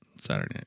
Saturday